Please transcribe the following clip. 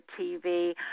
TV